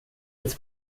jetzt